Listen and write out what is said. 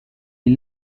est